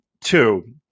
two